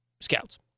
scouts